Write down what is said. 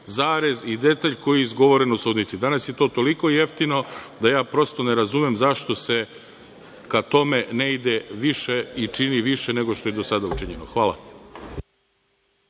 zarez i detalj koji je izgovoren u sudnici. Danas je to toliko jeftino da ja prosto ne razumem zašto se ka tome ne ide više i čini više nego što je do sada učinjeno. Hvala.